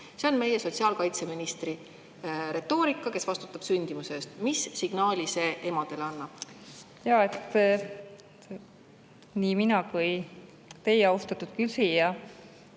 See on meie sotsiaalkaitseministri retoorika, tema vastutab sündimuse eest. Mis signaali see emadele annab? Nii mina kui teie, austatud küsija,